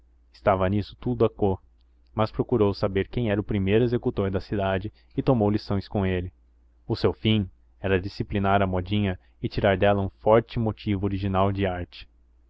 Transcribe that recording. estava nisso tudo a quo mas procurou saber quem era o primeiro executor e cantor da cidade e tomou lições com ele o seu fim era disciplinar a modinha e tirar dela um forte motivo original de arte